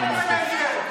אני מביישת אותה?